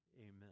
Amen